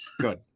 Good